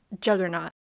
Juggernaut